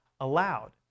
allowed